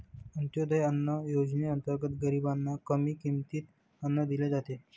अंत्योदय अन्न योजनेअंतर्गत गरीबांना कमी किमतीत अन्न दिले जाते